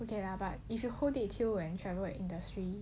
okay lah but if you put it here where travel industry